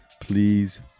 Please